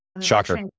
Shocker